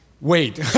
Wait